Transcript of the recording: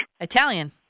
Italian